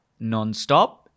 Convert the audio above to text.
nonstop